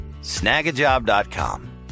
Snagajob.com